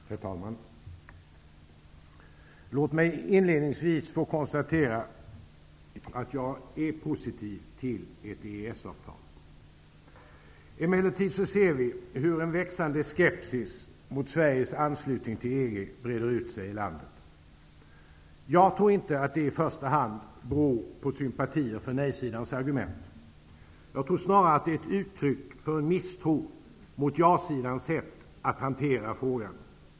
Herr talman! Låt mig inledningsvis konstatera att jag är positiv till ett EES-avtal. Vi ser emellertid hur en växande skepsis mot Sveriges anslutning till EG breder ut sig i landet. Jag tror inte att det i första hand beror på sympatier för nej-sidans argument. Det är snarare ett uttryck för en misstro mot ja-sidans sätt att hantera frågan.